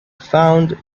found